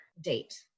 date